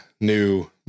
new